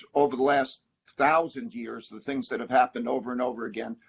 over the last thousand years, the things that have happened over and over again.